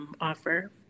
offer